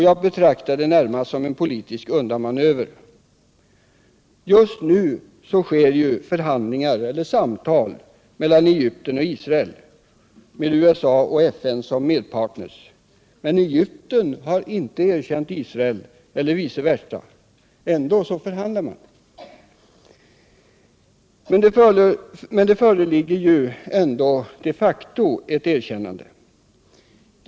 Jag betraktar det närmast som en politisk undanmanöver. Just nu sker förhandlingar eller samtal mellan Egypten och Israel med USA och FN som medpartners. Men Egypten har inte erkänt Israel eller vice versa. Ändå förhandlar man! Men det föreligger de facto ett erkännande.